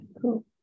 cool